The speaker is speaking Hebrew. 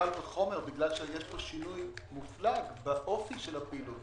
קל וחומר, בגלל שיש שינוי מופלג באופי הפעילות.